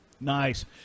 Nice